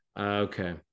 Okay